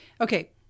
okay